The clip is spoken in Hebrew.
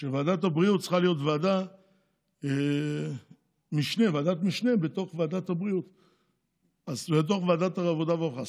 ועדת הבריאות צריכה להיות ועדת משנה בתוך ועדת העבודה והרווחה.